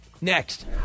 Next